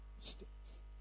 mistakes